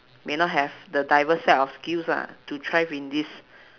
may not have the diverse set of skills ah to thrive in this